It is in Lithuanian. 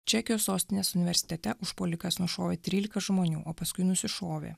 čekijos sostinės universitete užpuolikas nušovė trylika žmonių o paskui nusišovė